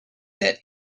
that